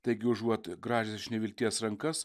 taigi užuot grąžęs iš nevilties rankas